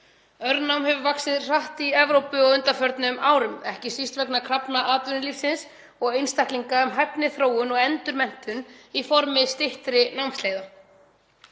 Örnám hefur vaxið hratt í Evrópu á undanförnum árum, ekki síst vegna krafna atvinnulífsins og einstaklinga um hæfni, þróun og endurmenntun í formi styttri námsleiða.